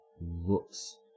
looks